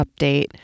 update